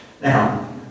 Now